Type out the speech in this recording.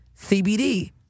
CBD